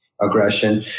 aggression